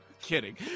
kidding